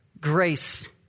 grace